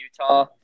Utah